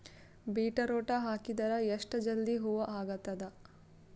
Beetroot ಹಾಕಿದರ ಎಷ್ಟ ಜಲ್ದಿ ಹೂವ ಆಗತದ?